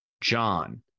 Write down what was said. John